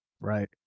Right